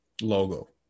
logo